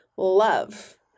Love